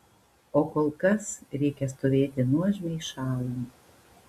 o kol kas reikia stovėti nuožmiai šąlant